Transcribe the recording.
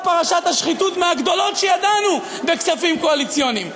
פרשת השחיתות מהגדולות שידענו בכספים קואליציוניים.